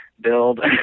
build